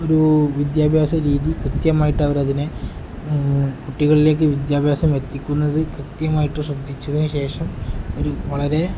ഒരു വിദ്യാഭ്യാസ രീതി കൃത്യമായിട്ട് അവരതിനെ കുട്ടികളിലേക്ക് വിദ്യാഭ്യാസം എത്തിക്കുന്നത് കൃത്യമായിട്ട് ശ്രദ്ധിച്ചതിന് ശേഷം ഒരു വളരെ